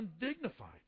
undignified